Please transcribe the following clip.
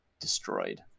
destroyed